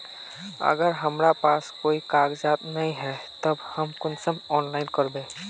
अगर हमरा पास कोई कागजात नय है तब हम कुंसम ऑनलाइन करबे?